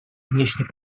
внешней